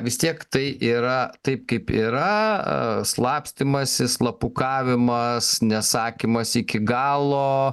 vis tiek tai yra taip kaip yra slapstymąsi slapukavimas nesakymas iki galo